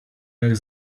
jak